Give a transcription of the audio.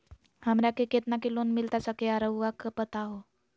हमरा के कितना के लोन मिलता सके ला रायुआ बताहो?